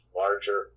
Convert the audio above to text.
larger